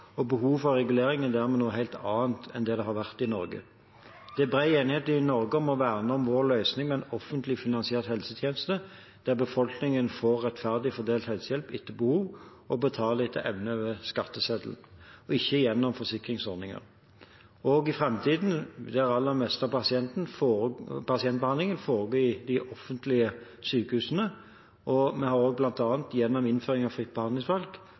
og behovet for regulering er dermed noe helt annet enn det har vært i Norge. Det er bred enighet i Norge om å verne om vår løsning med en offentlig finansiert helsetjeneste, der befolkningen får rettferdig fordelt helsehjelp etter behov og betaler etter evne over skatteseddelen – ikke gjennom forsikringsordninger. Også i framtiden vil det aller meste av pasientbehandlingen foregå i de offentlige sykehusene. Vi har også, bl.a. gjennom innføring av fritt behandlingsvalg,